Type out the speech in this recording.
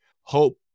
hope